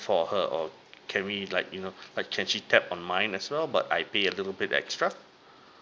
for her or can we like you know like can she tap on mine as well but I pay a little bit extra